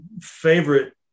favorite